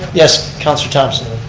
yes, councilor thomson.